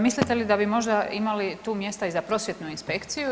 Mislite li da bi možda imali tu mjesta i za prosvjetnu inspekciju?